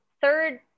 third